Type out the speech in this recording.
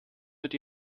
mit